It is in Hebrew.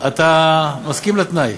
אתה מסכים לתנאי?